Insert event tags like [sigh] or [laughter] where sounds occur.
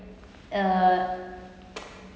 uh [noise]